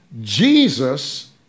Jesus